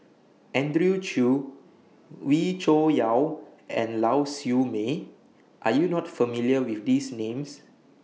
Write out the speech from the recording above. Andrew Chew Wee Cho Yaw and Lau Siew Mei Are YOU not familiar with These Names